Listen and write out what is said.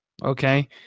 Okay